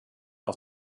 auf